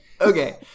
Okay